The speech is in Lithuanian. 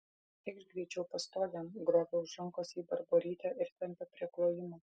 eikš greičiau pastogėn grobia už rankos jį barborytė ir tempia prie klojimo